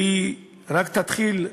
שהיא רק תתחיל,